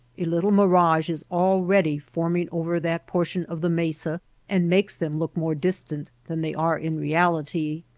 a little mirage is already forming over that portion of the mesa and makes them look more distant than they are in reality.